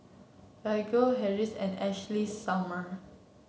Baggu Hardy's and Ashley Summer